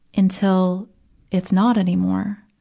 until it's not anymore.